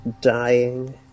dying